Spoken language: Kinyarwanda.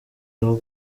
aho